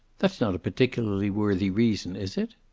that's not a particularly worthy reason, is it?